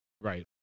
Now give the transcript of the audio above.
Right